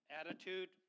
attitude